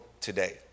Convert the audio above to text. today